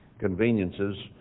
conveniences